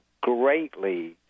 greatly